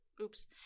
oops